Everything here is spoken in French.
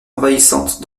envahissante